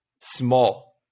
small